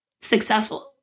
successful